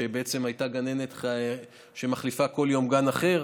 והייתה גננת שמחליפה כל יום בגן אחר,